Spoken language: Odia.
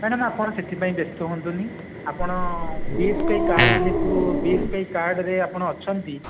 ମ୍ୟାଡମ୍ ଆପଣ ସେଥିପାଇଁ ବ୍ୟସ୍ତ ହୁଅନ୍ତୁନି ଆପଣ B S K Y card ଯେହେତୁ ବି ଏସ କେ ୱାଇ କାର୍ଡ଼ରେ ଆପଣ ଅଛନ୍ତି